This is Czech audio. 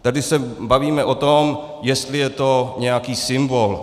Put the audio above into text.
Tady se bavíme o tom, jestli je to nějaký symbol.